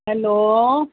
hello